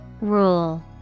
Rule